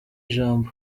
ijambo